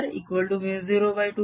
abB